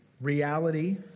reality